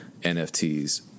NFTs